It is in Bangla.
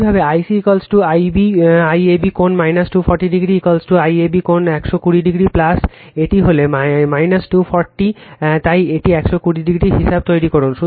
একইভাবে I C IAB কোণ 240o IAB কোণ 120o এটি হল 240 তাই এটিকে 120o হিসাবে তৈরি করুন